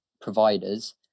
providers